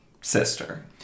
sister